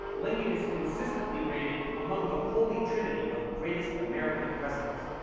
lincoln is consistently rated among the holy trinity of greatest american presidents.